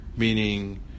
meaning